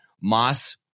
Moss